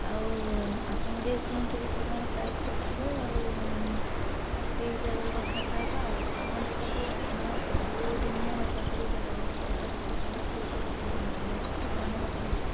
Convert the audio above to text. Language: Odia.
ଆଉ ଆପଣ ଟିକେ କୁହନ୍ତୁ କେତେ କ'ଣ ପ୍ରାଇସ୍ ରଖିବେ ଆଉ ସେଇ ହିସାବରେ କଥାବାର୍ତ୍ତା ହେବା ଆଉ ଆପଣ ଦେଖନ୍ତୁ ଆପଣ ସବୁଦିନିଆ ମୋ ପାଖରୁ ଯାହା ବି ହେଲେ ପଇସା ରଖୁଛନ୍ତି ଅଧିକ କରି ଯେମିତି ନର୍ମାଲ୍ କଷ୍ଟମର୍ ମାନେ ରଖୁଛନ୍ତି